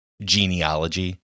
genealogy